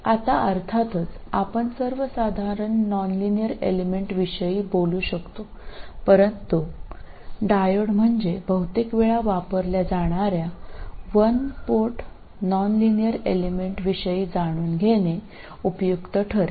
आता अर्थातच आपण सर्वसाधारण नॉनलिनियर एलिमेंट विषयी बोलू शकतो परंतु डायोड म्हणजे बहुतेक वेळा वापरल्या जाणार्या वन पोर्ट नॉनलिनियर एलिमेंट विषयी जाणून घेणे उपयुक्त ठरेल